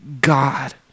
God